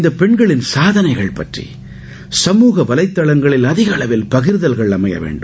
இந்த பெண்களின் சாதனைகள் பற்றி சமுக வலைதளங்களில் அதிக அளவில் பகிர்தல்கள் அயைம வேண்டும்